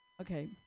Okay